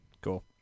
Cool